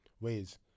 ways